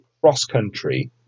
cross-country